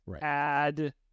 Add